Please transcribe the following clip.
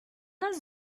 нас